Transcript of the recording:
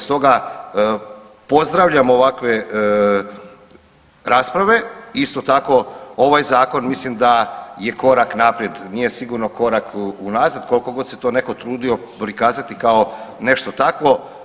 Stoga pozdravljam ovakve rasprave, isto tako ovaj zakon mislim da je korak naprijed, nije sigurno korak unazad koliko god se to neko trudio prikazati kao nešto takvo.